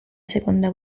seconda